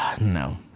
No